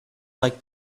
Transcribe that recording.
like